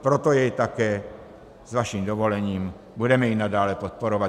Proto jej také s vaším dovolením budeme i nadále podporovat.